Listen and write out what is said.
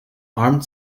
armed